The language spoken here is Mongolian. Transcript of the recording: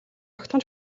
огтхон